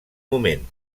moment